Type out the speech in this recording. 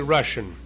Russian